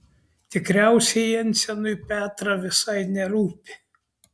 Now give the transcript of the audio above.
tikriausiai jensenui petrą visai nerūpi